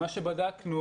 מה שבדקנו